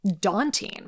daunting